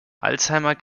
alzheimer